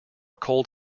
cold